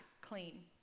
clean